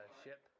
ship